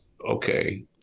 okay